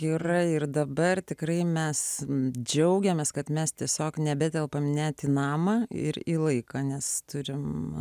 yra ir dabar tikrai mes džiaugiamės kad mes tiesiog nebetelpame net į namą ir į laiką nes turime